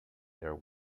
their